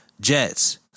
jets